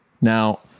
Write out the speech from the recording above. Now